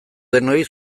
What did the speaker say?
denoi